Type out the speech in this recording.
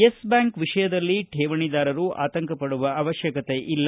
Yes Bank ವಿಷಯದಲ್ಲಿ ಕೇವಣಿದಾರರು ಆತಂಕಪಡುವ ಅವಶ್ವಕತೆ ಇಲ್ಲ